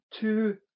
two